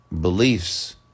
beliefs